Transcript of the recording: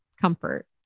comfort